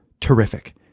Terrific